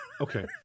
Okay